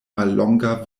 mallonga